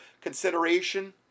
consideration